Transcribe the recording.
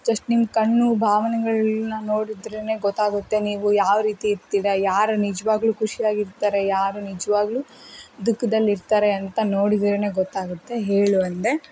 just ನಿಮ್ಮ ಕಣ್ಣು ಭಾವನೆಗಳನ್ನ ನೋಡಿದ್ರೇ ಗೊತ್ತಾಗುತ್ತೆ ನೀವು ಯಾವ ರೀತಿ ಇರ್ತೀರಾ ಯಾರು ನಿಜವಾಗ್ಲೂ ಖುಷಿಯಾಗಿ ಇರ್ತಾರೆ ಯಾರು ನಿಜವಾಗ್ಲೂ ದುಃಖದಲ್ಲಿ ಇರ್ತಾರೆ ಅಂತ ನೋಡಿದ್ರೇ ಗೊತ್ತಾಗುತ್ತೆ ಹೇಳು ಅಂದೆ